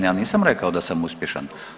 Ja nisam rekao da sam uspješan.